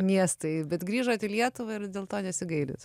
miestai bet grįžot į lietuvą ir dėl to nesigailit